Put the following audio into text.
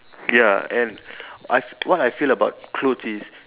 ya and I what I feel about clothes is